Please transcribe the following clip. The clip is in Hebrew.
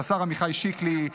לשר עמיחי שיקלי,